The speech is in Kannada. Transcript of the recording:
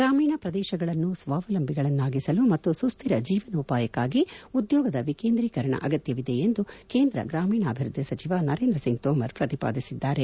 ಗ್ರಾಮೀಣ ಪ್ರದೇಶಗಳನ್ನು ಸ್ವಾವಲಂಬಿಗಳನ್ನಾಗಿಸಲು ಮತ್ತು ಸುಸ್ದಿರ ಜೀವನೋಪಾಯಕ್ಕಾಗಿ ಉದ್ಯೋಗದ ವೀಕೇಂದ್ರೀಕರಣ ಅಗತ್ಯವಿದೆ ಎಂದು ಕೇಂದ ಗ್ರಾಮೀಣಾ ಅಭಿವ್ವದ್ಲಿ ಸಚಿವ ನರೇಂದ ಸಿಂಗ್ ತೋಮರ್ ಪ್ರತಿಪಾದಿಸಿದ್ದಾರೆ